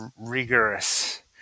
rigorous